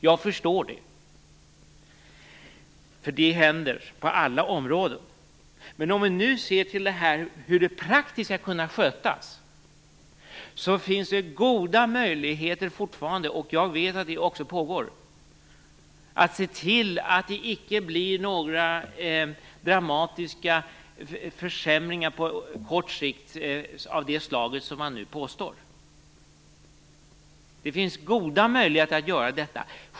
Jag förstår det. Det händer på alla områden. När det gäller frågan om hur det praktiskt skall skötas, finns det fortfarande goda möjligheter - jag vet att det pågår - att se till att det icke blir några dramatiska försämringar på kort sikt av det slag som man nu påstår. Det finns goda möjligheter att se till detta.